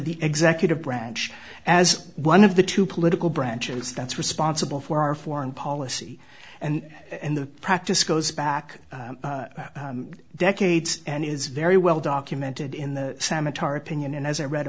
the executive branch as one of the two political branches that's responsible for our foreign policy and and the practice goes back decades and is very well documented in the samatar opinion and as i read a